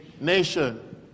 nation